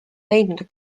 leidnud